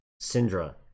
Syndra